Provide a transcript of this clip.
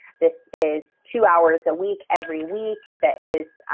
this is two hours a week every week that is